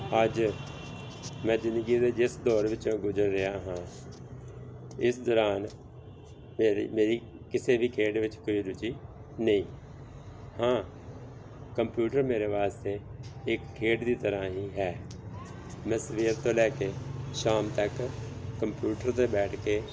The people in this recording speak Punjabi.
ਅੱਜ ਮੈਂ ਜ਼ਿੰਦਗੀ ਦੇ ਜਿਸ ਦੌਰ ਵਿੱਚੋਂ ਗੁਜ਼ਰ ਰਿਹਾ ਹਾਂ ਇਸ ਦੌਰਾਨ ਮੇਰੀ ਮੇਰੀ ਕਿਸੇ ਵੀ ਖੇਡ ਵਿੱਚ ਕੋਈ ਰੁਚੀ ਨਹੀਂ ਹਾਂ ਕੰਪਿਊਟਰ ਮੇਰੇ ਵਾਸਤੇ ਇੱਕ ਖੇਡ ਦੀ ਤਰ੍ਹਾਂ ਹੀ ਹੈ ਮੈਂ ਸਵੇਰ ਤੋਂ ਲੈ ਕੇ ਸ਼ਾਮ ਤੱਕ ਕੰਪਿਊਟਰ 'ਤੇ ਬੈਠ ਕੇ